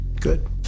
good